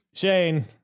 Shane